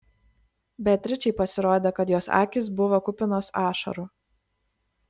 beatričei pasirodė kad jos akys buvo kupinos ašarų